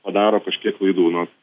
padaro kažkiek klaidų nu